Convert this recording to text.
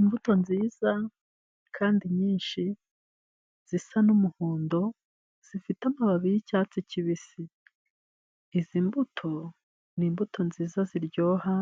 Imbuto nziza kandi nyinshi zisa n'umuhondo, zifite amababi y'icyatsi kibisi . Izi mbuto ni imbuto nziza ziryoha